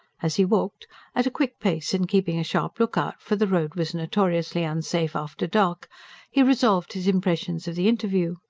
as he walked at a quick pace, and keeping a sharp look-out for the road was notoriously unsafe after dark he revolved his impressions of the interview.